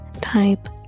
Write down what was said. type